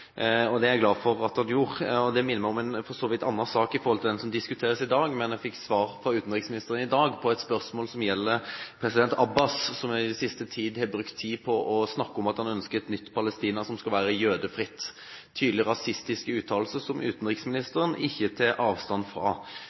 israelere. Det er jeg glad for at han gjorde. Det minner meg for så vidt om en annen sak enn den som diskuteres i dag. Jeg fikk svar fra utenriksministeren i dag på et spørsmål som gjelder president Abbas, som i det siste har brukt tid på å snakke om at han ønsker et nytt Palestina som skal være jødefritt – en tydelig rasistisk uttalelse som utenriksministeren ikke tar avstand fra.